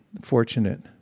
fortunate